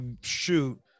Shoot